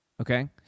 okay